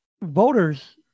voters